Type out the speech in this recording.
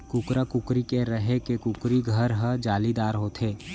कुकरा, कुकरी के रहें के कुकरी घर हर जालीदार होथे